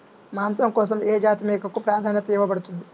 మాంసం కోసం ఏ జాతి మేకకు ప్రాధాన్యత ఇవ్వబడుతుంది?